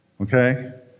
Okay